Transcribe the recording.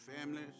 families